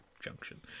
junction